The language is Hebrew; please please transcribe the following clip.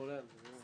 חולה על זה.